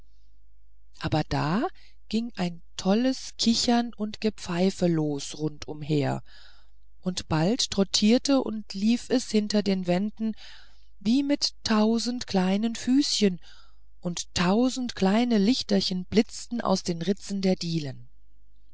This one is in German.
aber da ging ein tolles kichern und gepfeife los rundumher und bald trottierte und lief es hinter den wänden wie mit tausend kleinen füßchen und tausend kleine lichterchen blickten aus den ritzen der dielen